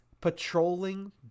patrolling